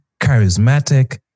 charismatic